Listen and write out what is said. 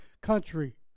country